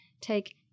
take